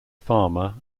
farmer